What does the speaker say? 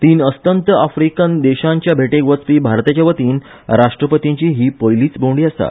तीन अस्तंत आफ्रिकी देशांचे भेटेक वचपी भारता वतीन राष्ट्रपतींची ही पयलीच भोंवडी आसा